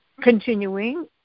continuing